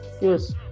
Yes